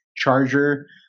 Charger